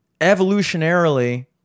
evolutionarily